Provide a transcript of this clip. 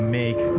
make